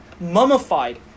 mummified